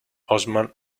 osman